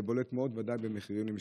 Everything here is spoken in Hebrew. זה בולט מאוד בוודאי במחיר למשתכן.